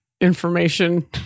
information